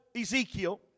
Ezekiel